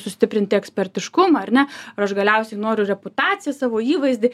sustiprinti ekspertiškumą ar ne ar aš galiausiai noriu reputaciją savo įvaizdį